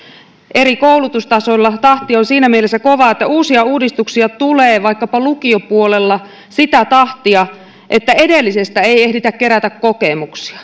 eri koulutustasoilla tahti on siinä mielessä kovaa uusia uudistuksia tulee vaikkapa lukiopuolella sitä tahtia että edellisestä ei ehditä kerätä kokemuksia